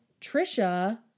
trisha